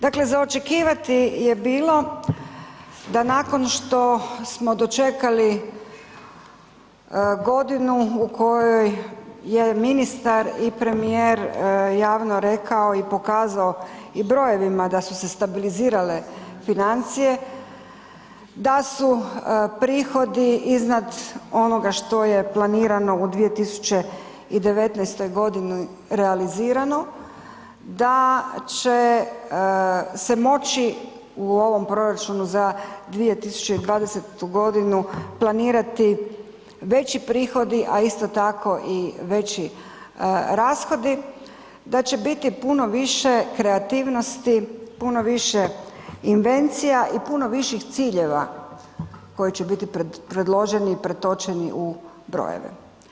Dakle za očekivati je bilo da nakon što smo dočekali godinu u kojoj je ministar i premijer javno rekao i pokazao i brojevima da su se stabilizirale financije, da su prihodi iznad onoga što je planirano u 2019. g. realizirano, da će se moći u ovom proračunu za 2020. g. planirati veći prihodi a isto tako i veći rashodi, da će biti puno više kreativnosti, puno više invencija i puno viših ciljeva kojih će biti predloženi i pretočeni u brojeve.